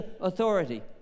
authority